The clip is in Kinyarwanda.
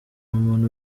umuntu